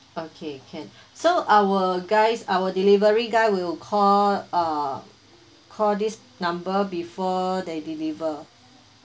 okay can so our guys our delivery guy will call uh call this number before they deliver